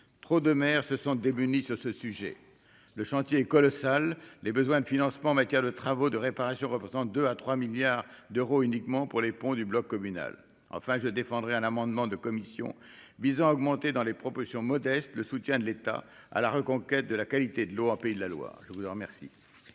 trop de maires se sentent démunis sur ce sujet, le chantier est colossal : les besoins de financement en matière de travaux de réparation représente 2 à 3 milliards d'euros uniquement pour les ponts du bloc communal, enfin je défendrai un amendement de commission visant à augmenter dans les propositions modestes le soutien de l'État à la reconquête de la qualité de l'eau en Pays de la Loire, je vous en remercie.